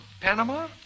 Panama